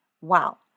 Wow